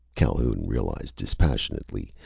calhoun realized dispassionately,